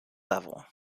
level